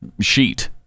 sheet